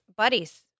Buddies